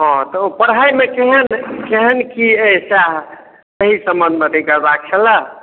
हँ तऽ ओ पढ़ाइमे केहन केहन की एहि सहए तहि सम्बंधमे अथी करबाके छलऽ